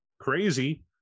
crazy